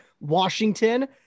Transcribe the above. Washington